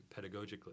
pedagogically